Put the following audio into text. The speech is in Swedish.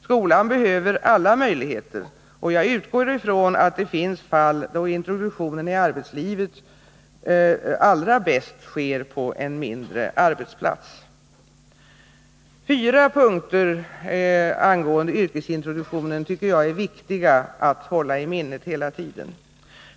Skolan behöver alla möjligheter, och jag utgår ifrån att det finns fall då introduktionen i arbetslivet allra bäst sker på en mindre arbetsplats. Följande fyra punkter angående yrkesintroduktionen tycker jag är viktiga att hålla i minnet hela tiden.